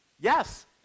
Yes